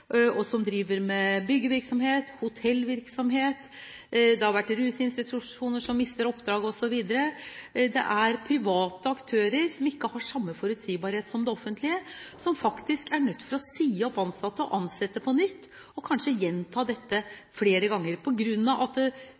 med byggevirksomhet og hotellvirksomhet. Det har vært rusinstitusjoner som har mistet oppdrag, osv. Det er private aktører som ikke har den samme forutsigbarhet som det offentlige, som faktisk er nødt til å si opp ansatte og ansette på nytt – og kanskje gjenta dette flere ganger på grunn av at